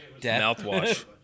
Mouthwash